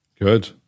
Good